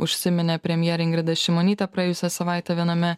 užsiminė premjerė ingrida šimonytė praėjusią savaitę viename